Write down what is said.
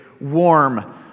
warm